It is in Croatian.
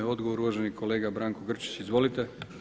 Odgovor uvaženi kolega Branko Grčić, izvolite.